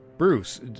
Bruce